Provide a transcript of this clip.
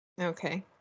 Okay